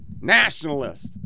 nationalist